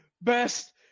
best